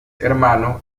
hermano